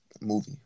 Movie